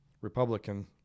republican